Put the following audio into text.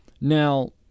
Now